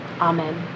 Amen